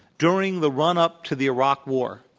during the run up to the iraq war,